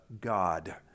God